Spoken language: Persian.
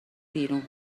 بیرون